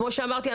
כמו שאמרתי,